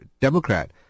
Democrat